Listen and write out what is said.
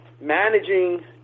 managing